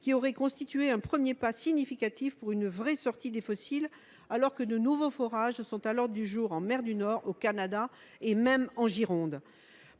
aurait constitué un premier pas significatif vers une réelle sortie des énergies fossiles, au moment où de nouveaux forages sont à l’ordre du jour en mer du Nord, au Canada et même en Gironde